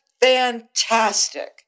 fantastic